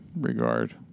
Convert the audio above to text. regard